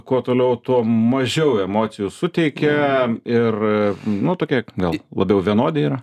kuo toliau tuo mažiau emocijų suteikia ir nu tokie gal labiau vienodi yra